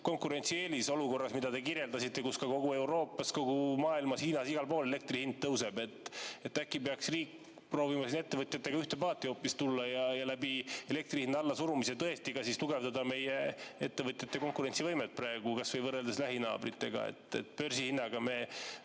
konkurentsieelis olukorras, mida te kirjeldasite, kus kogu Euroopas, kogu maailmas, ka Hiinas ja igal pool mujal elektri hind tõuseb. Äkki peaks riik proovima ettevõtjatega ühte paati tulla ja elektri hinna allasurumisega tõesti tugevdada meie ettevõtjate konkurentsivõimet, kas või võrreldes lähinaabritega. Börsihinna